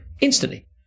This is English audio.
instantly